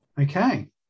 Okay